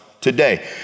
today